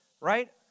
right